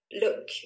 look